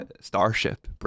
Starship